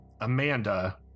Amanda